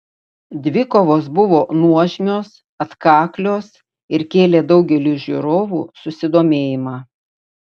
dvikovos buvo nuožmios atkaklios ir kėlė daugeliui žiūrovų susidomėjimą